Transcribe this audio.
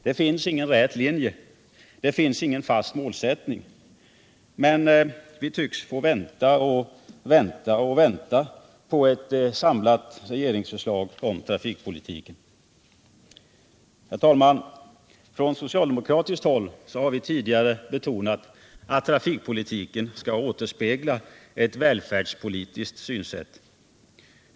Det finns ingen rät linje och ingen fast målsättning, och vi tycks bara få vänta på ett samlat regeringsförslag om trafikpolitiken. Herr talman! Från socialdemokratiskt håll har vi tidigare betonat att trafikpolitiken skall återspegla ett välfärdspolitiskt synsätt.